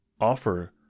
offer